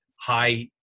high